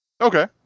Okay